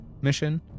mission